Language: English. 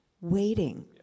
waiting